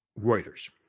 Reuters